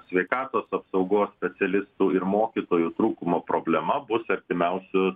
sveikatos apsaugos specialistų ir mokytojų trūkumo problema bus artimiausius